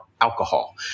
alcohol